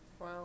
Wow